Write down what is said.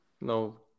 No